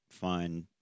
find